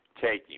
taking